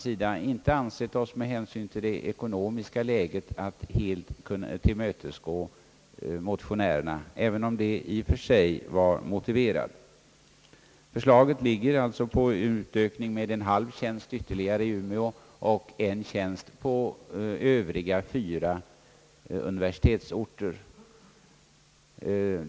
Vi reservanter har med hänsyn till det ckonomiska läget inte ansett oss helt kunna tillmötesgå motionärerna, även om deita i och för sig vore motiverat. Förslaget innebär en utökning med en halv tjänst i Umeå och en tjänst för övriga fyra <universitetsorter.